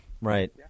Right